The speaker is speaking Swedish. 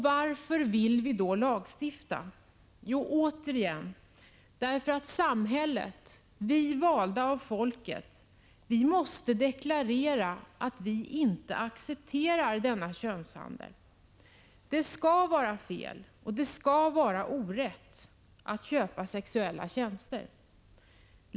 Varför vill vi då lagstifta? Jo, återigen, därför att samhället — vi valda av folket — måste deklarera att vi inte accepterar denna könshandel. Det skall vara fel och det skall var orätt att köpa sexuella tjänster.